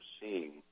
seeing